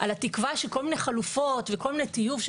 על התקווה שכל מיני חלופות וכל מיני טיוב של